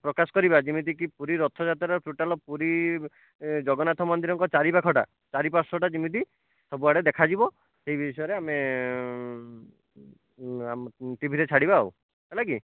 ପ୍ରକାଶ କରିବା ଯେମିତି କି ପୁରୀ ରଥଯାତ୍ରା ଟୋଟାଲ୍ ପୁରୀ ଜଗନ୍ନାଥ ମନ୍ଦିରଙ୍କ ଚାରିପାଖଟା ଚାରିପାର୍ଶ୍ଵଟା ଯେମିତି ସବୁଆଡ଼େ ଦେଖାଯିବ ବିଷୟରେ ଆମେ ଟିଭିରେ ଛାଡ଼ିବା ଆଉ ହେଲା କି